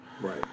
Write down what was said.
Right